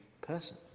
person